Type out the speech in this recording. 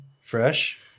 Fresh